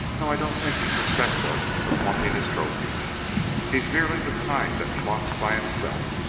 no, i don't think he suspects us of wanting his trophies he's merely the kind that flocks by himself.